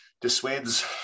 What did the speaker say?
dissuades